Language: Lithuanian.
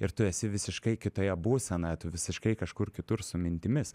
ir tu esi visiškai kitojebūsenoje tu visiškai kažkur kitur su mintimis